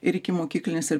ir ikimokyklinis ir